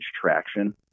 traction